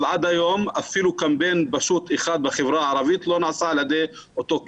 ד היום אפילו קמפיין פשוט אחד בחברה הערבית לא נעשה על-די אותה קרן.